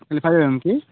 five M କି